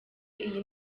iyi